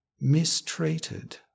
mistreated